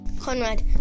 Conrad